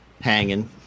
hanging